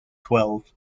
twelve